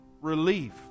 relief